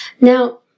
Now